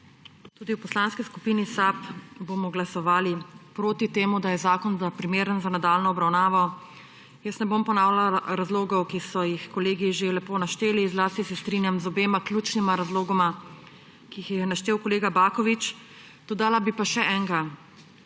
Tudi v Poslanski skupini SAB bomo glasovali proti temu, da je zakon primeren za nadaljnjo obravnavo. Jaz ne bom ponavljala razlogov, ki so jih kolegi že lepo našteli, zlasti se strinjam z obema ključnima razlogoma, ki jih je naštel kolega Baković. Dodala bi pa še enega.